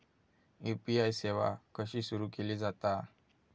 UPI सेवा कशी सुरू केली जाता?